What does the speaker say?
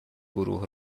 گروه